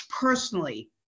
personally